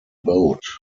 boat